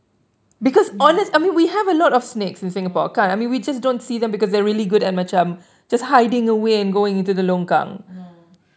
no no no